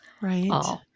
Right